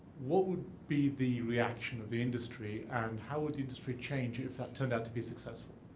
what would be the reaction of the industry? and how would the industry change if that turned out to be successful?